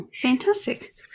Fantastic